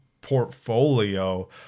portfolio